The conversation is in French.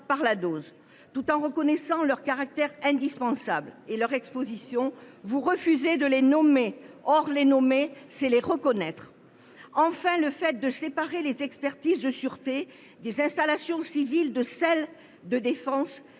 par la dose ». Tout en reconnaissant leur caractère indispensable et leur exposition, vous refusez de les nommer. Or les nommer, c’est les reconnaître ! Enfin, le fait de séparer les expertises de sûreté des installations civiles de celles de défense